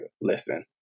listen